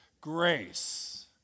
Grace